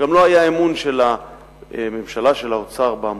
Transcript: גם לא היה אמון של הממשלה, של האוצר, במוסדות.